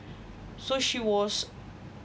so she was